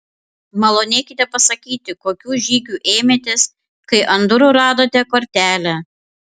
malonėkite pasakyti kokių žygių ėmėtės kai ant durų radote kortelę